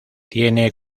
tiene